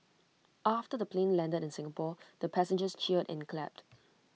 after the plane landed in Singapore the passengers cheered and clapped